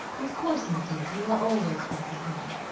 of course i did. you are always welcome here.